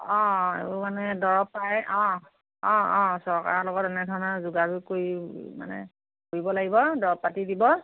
অঁ আৰু মানে দৰব পায় অঁ অঁ চৰকাৰৰ লগত এনে ধৰণৰ যোগাযোগ কৰি মানে কৰিব লাগিব দৰব পাতি দিব